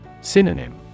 Synonym